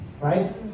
Right